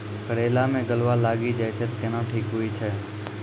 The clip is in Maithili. करेला मे गलवा लागी जे छ कैनो ठीक हुई छै?